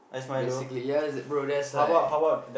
basically yes bro that's like